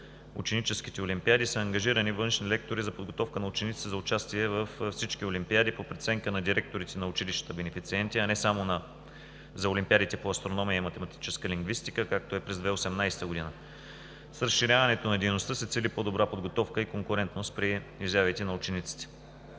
ученическите олимпиади“ са ангажирани външни лектори за подготовка на учениците за участие във всички олимпиади по преценка на директорите на училищата-бенефициенти, а не само за олимпиадите по астрономия и математическа лингвистика, както е през 2018 г. С разширяването на дейността се цели по-добра подготовка и конкурентност при изявите на учениците.